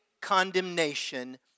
condemnation